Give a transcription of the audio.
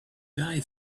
guy